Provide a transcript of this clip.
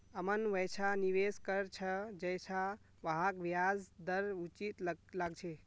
अमन वैछा निवेश कर छ जैछा वहाक ब्याज दर उचित लागछे